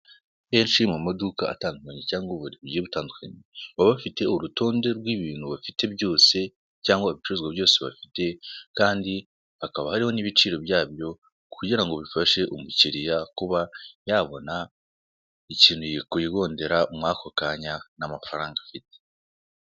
Henshi mumaduka atandukanye cyangwa ububari bugiye butandukanye, baba bafite urutonde rw'ibintu bafite byose cyangwa ibicuruzwa byose bafite kndi hakaba hariho n'ibiciro byabyo kugira ngo bifashe umukiliya kuba yabona ikintu yakwigondera mw'ako kanya n'amafaranaga afite.